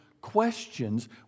questions